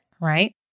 right